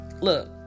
look